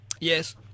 Yes